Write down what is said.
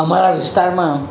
અમારા વિસ્તારમાં